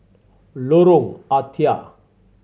Lorong Ah Thia